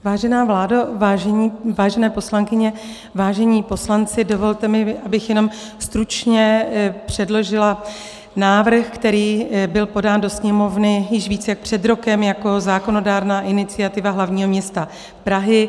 Vážená vládo, vážené poslankyně, vážení poslanci, dovolte mi, abych jenom stručně předložila návrh, který byl podán do Sněmovny již více jak před rokem jako zákonodárná iniciativa hlavního města Prahy.